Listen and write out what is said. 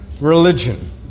religion